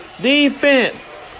Defense